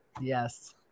Yes